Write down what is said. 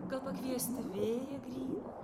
gal pakviesti vėją gryną